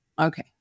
Okay